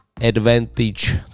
Advantage